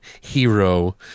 hero